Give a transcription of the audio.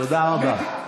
תודה רבה.